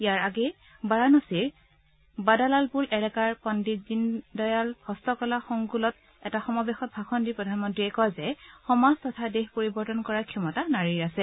ইয়াৰ আগেয়ে বাৰাণসীৰ বাডালালপুৰ এলেকাৰ পণ্ডিত দীনদয়াল হঁস্তকলা সংকুলত এটা সমাৱেশত ভাষণ দি প্ৰধানমন্ত্ৰীয়ে কয় যে সমাজ তথা দেশ পৰিৱৰ্তন কৰাৰ ক্ষমতা নাৰীৰ আছে